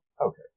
Okay